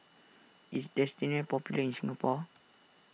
is Dentiste popular in Singapore